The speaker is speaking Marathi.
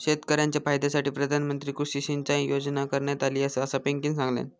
शेतकऱ्यांच्या फायद्यासाठी प्रधानमंत्री कृषी सिंचाई योजना करण्यात आली आसा, असा पिंकीनं सांगल्यान